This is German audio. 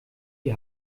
die